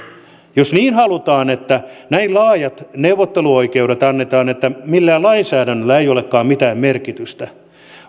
jos niin halutaan että näin laajat neuvotteluoikeudet annetaan että millään lainsäädännöllä ei olekaan mitään merkitystä